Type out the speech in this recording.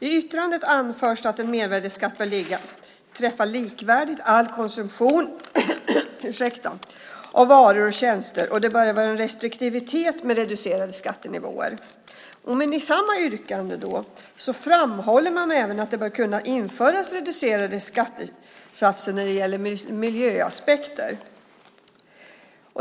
I yttrandet anförs att en mervärdesskatt bör träffa all konsumtion av varor och tjänster likvärdigt och att det bör vara en restriktivitet med reducerade skattenivåer. I samma yrkande framhåller man även att det bör kunna införas reducerade skattesatser när det gäller miljöaspekter.